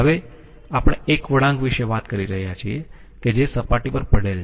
હવે આપણે એક વળાંક વિશે વાત કરી રહ્યા છીએ કે જે સપાટી પર પડેલ છે